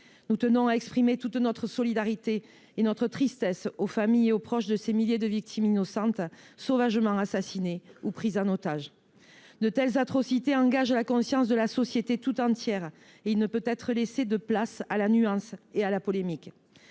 nous tenons à dire toute notre solidarité et notre tristesse aux familles et aux proches de ces milliers de victimes innocentes, sauvagement assassinées ou prises en otage. De telles atrocités engagent la conscience de la société tout entière. Elles ne laissent aucune place à la nuance ou à la polémique.